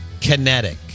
Kinetic